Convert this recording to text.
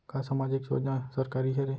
का सामाजिक योजना सरकारी हरे?